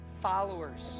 followers